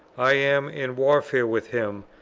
i am in warfare with him,